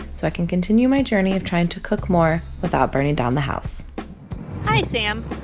so i can continue my journey of trying to cook more without burning down the house hi, sam.